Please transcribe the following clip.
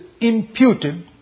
imputed